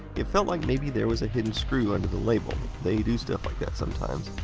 it felt like maybe there was a hidden screw under the label. they do stuff like that sometimes.